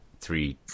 three